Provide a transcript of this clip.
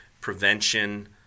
prevention